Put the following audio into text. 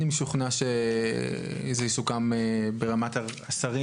אני משוכנע שזה יסוכם ברמת השרים,